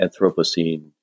Anthropocene